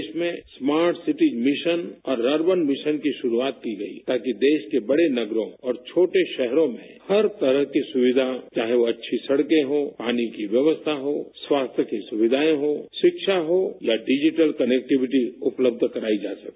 देश में smart city mission और अर्बन मिशन की शुरूआत की गई ताकि देश के बड़े नगरों और छोटे शहरों में हर तरह की सुक्विा चाहे वो अच्छी सड़कें हों पानी की व्यवस्था हो स्वास्थ्य की सुविधाएं हों शिक्षा हो या डिजीटल कनेक्टीविटी उपलब्ध करवाई जा सके